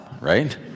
right